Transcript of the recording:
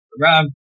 Ram